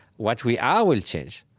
what we are will change.